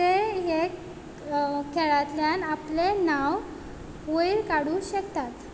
ते हे खेळांतल्यान आपलें नांव वयर काडूंक शकतात